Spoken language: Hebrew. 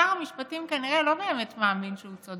שר המשפטים כנראה לא באמת מאמין שהוא צודק.